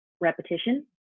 repetition